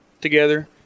together